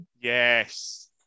Yes